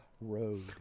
road